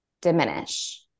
diminish